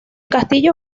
castillo